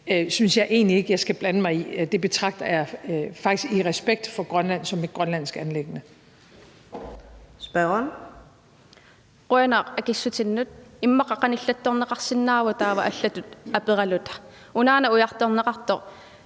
synes jeg egentlig ikke jeg skal blande mig i. Det betragter jeg faktisk i respekt for Grønland som et grønlandsk anliggende.